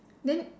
then